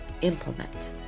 implement